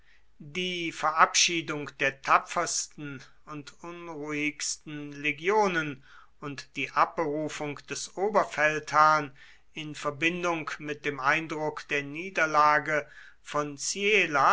die verabschiedung der tapfersten und unruhigsten legionen und die abberufung des oberfeldherrn in verbindung mit dem eindruck der niederlage von ziela